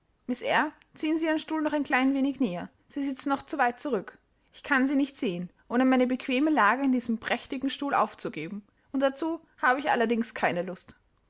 ziehen sie ihren stuhl noch ein klein wenig näher sie sitzen noch zu weit zurück ich kann sie nicht sehen ohne meine bequeme lage in diesem prächtigen stuhl aufzugeben und dazu habe ich allerdings keine lust